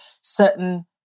certain